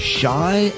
shy